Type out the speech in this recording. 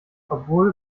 obwohl